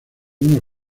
unos